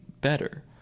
better